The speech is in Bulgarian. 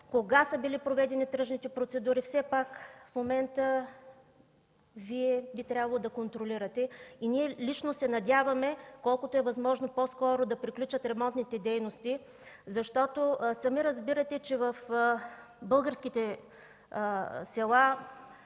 кога са били проведени тръжните процедури. В момента Вие би трябвало да контролирате. Ние лично се надяваме колкото е възможно по-скоро да приключат ремонтните дейности, защото сами разбирате, че в българските села